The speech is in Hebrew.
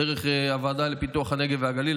דרך הוועדה לפיתוח הנגב והגליל,